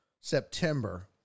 september